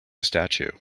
statue